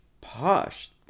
posh